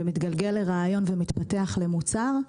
ומתגלגל לרעיון ומתפתח למוצר,